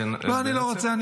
לא, אני לא רוצה.